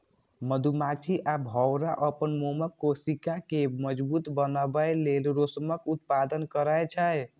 मधुमाछी आ भौंरा अपन मोमक कोशिका कें मजबूत बनबै लेल रेशमक उत्पादन करै छै